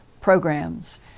programs